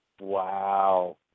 wow